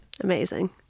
Amazing